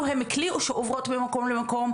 הן איזה שהוא כלי או שעוברות ממקום למקום,